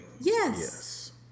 Yes